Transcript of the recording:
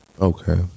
Okay